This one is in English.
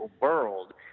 world